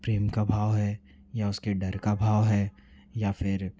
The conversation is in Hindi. प्रेम का भाव है या उसके डर का भाव है या फिर